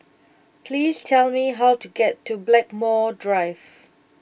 please tell me how to get to Blackmore Drive